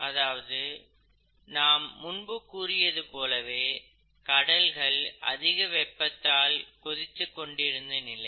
அதாவது நாம் முன்பு கூறியது போலவே கடல்கள் அதிக வெப்பத்தால் கொதித்துக் கொண்டிருந்த நிலை